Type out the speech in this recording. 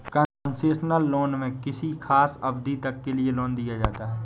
concessional loan में किसी खास अवधि तक के लिए लोन दिया जाता है